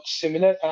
similar